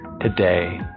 today